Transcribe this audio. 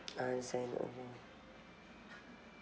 ah I see mm